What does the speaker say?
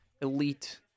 elite